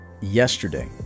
yesterday